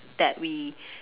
that we